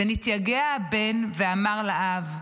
ונתייגע הבן ואמר לאב: